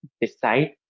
decide